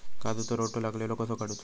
काजूक रोटो लागलेलो कसो काडूचो?